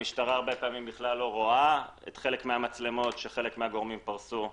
המשטרה הרבה פעמים בכלל לא רואה חלק מהמצלמות שחלק מהגורמים פרשו.